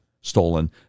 stolen